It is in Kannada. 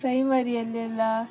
ಪ್ರೈಮರಿಯಲ್ಲೆಲ್ಲ